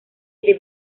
the